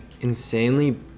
insanely